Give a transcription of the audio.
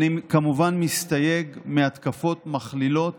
אני כמובן מסתייג מהתקפות מכלילות